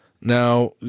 Now